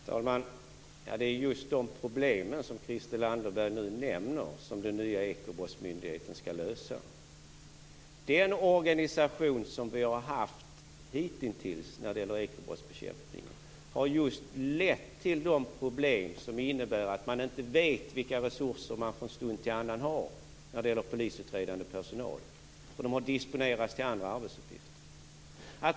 Herr talman! Det är just de problem som Christel Anderberg nu nämner som den nya ekobrottsmyndigheten skall lösa. Den organisation som vi har haft hittills när det gäller ekobrottsbekämpning har lett till just de problem som innebär att man inte från stund till annan vet vilka resurser man har när det gäller polisutredande personal. Personalen har disponerats till andra arbetsuppgifter.